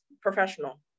professional